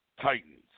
Titans